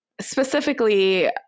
specifically